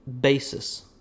basis